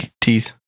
Teeth